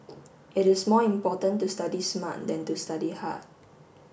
it is more important to study smart than to study hard